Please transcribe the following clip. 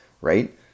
right